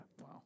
Wow